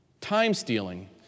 Time-stealing